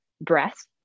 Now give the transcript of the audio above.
breath